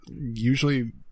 usually